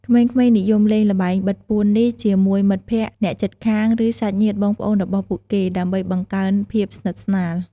ក្មេងៗនិយមលេងល្បែងបិទពួននេះជាមួយមិត្តភក្តិ អ្នកជិតខាង ឬ សាច់ញាតិបងប្អូនរបស់ពួកគេ ដើម្បីបង្កើនភាពស្និទ្ធស្នាល។